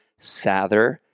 Sather